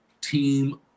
team